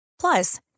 Plus